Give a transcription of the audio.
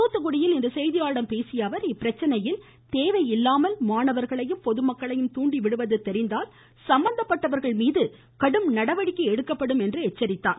தூத்துகுடியில் இன்று செய்தியாளர்களிடம் பேசிய அவர் இப்பிரச்சனையில் தேவையில்லாமல் மாணவர்களையும் பொதுமக்களையும் துாண்டி விடுவது தெரிந்தால் சம்பந்தப்பட்டவர்கள் மீது கடும் நடவடிக்கை எடுக்கப்படும் என்றும் அவர் எச்சரித்தார்